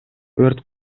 өрт